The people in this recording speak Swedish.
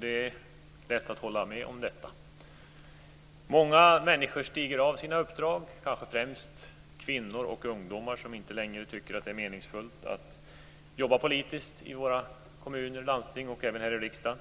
det är lätt att hålla med om detta. Många människor stiger av från sina uppdrag, kanske främst kvinnor och ungdomar som inte längre tycker att det är meningsfullt att jobba politiskt i våra kommuner och landsting samt även här i riksdagen.